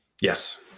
Yes